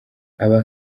aba